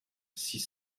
six